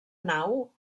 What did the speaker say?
nau